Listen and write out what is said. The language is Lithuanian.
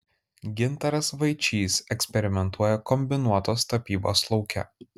gintaras vaičys eksperimentuoja kombinuotos tapybos lauke